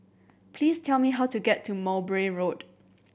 please tell me how to get to Mowbray Road